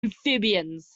amphibians